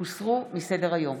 הוסרו מסדר-היום.